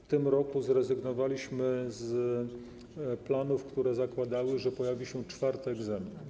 W tym roku zrezygnowaliśmy z planów, które zakładały, że pojawi się czwarty egzamin.